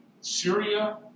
Syria